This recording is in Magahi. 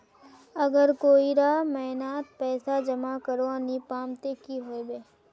अगर कोई डा महीनात पैसा जमा करवा नी पाम ते की होबे?